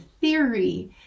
theory